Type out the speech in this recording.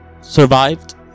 survived